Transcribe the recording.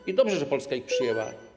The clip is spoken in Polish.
I dobrze, że Polska ich przyjęła.